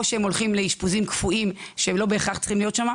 או שהם הולכים לאשפוזים כפויים שהם לא בהכרח צריכים להיות שם,